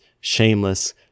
shameless